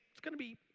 it's gonna be,